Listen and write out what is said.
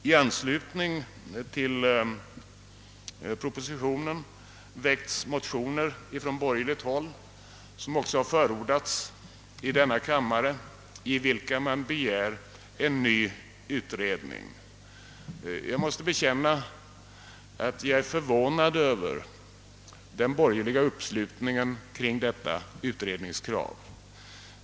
I anslutning till propositionen har från borgerligt håll väckts motioner, vari man begär en ny utredning. Jag måste erkänna att jag är förvånad över den borgerliga uppslutningen kring detta utredningskrav.